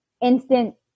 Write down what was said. instant